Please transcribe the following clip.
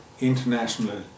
international